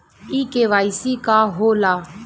इ के.वाइ.सी का हो ला?